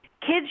kids